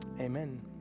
Amen